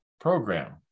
program